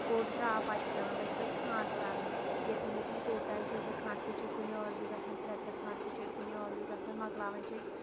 کوٚٹ درٛاو پَتہٕ چھِ پٮ۪وان اَسہِ تَتھ کھانٛٹ کَرٕنۍ ییٚتٮ۪ن ییٚتٮ۪ن کوٚٹ آسہِ زٕ زٕ کھانٛٹ تہِ چھِ کُنہِ ٲلوِ گَژھان ترےٚ ترےٚ کھانٛٹ تہِ چھِ کُنہِ ٲلوِ گَژھان مۄکلاوان چھِ أسۍ